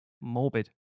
Morbid